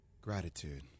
Gratitude